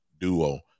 duo